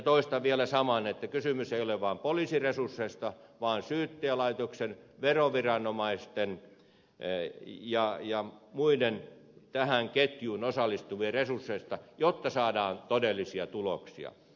toistan vielä saman että kysymys ei ole vain poliisin resursseista vaan syyttäjälaitoksen veroviranomaisten ja muiden tähän ketjuun osallistuvien resursseista jotta saadaan todellisia tuloksia